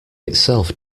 itself